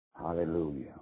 Hallelujah